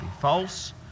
false